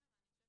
אני חושבת